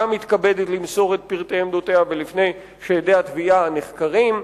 מתכבדת למסור את פרטי עמדותיה ולפני שעדי התביעה נחקרים.